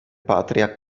patria